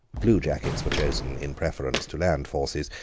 bluejackets were chosen in preference to land forces,